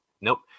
Nope